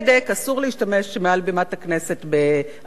אסור להשתמש מעל בימת הכנסת באביזרים,